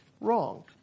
wrong